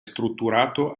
strutturato